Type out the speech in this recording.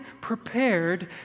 prepared